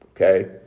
okay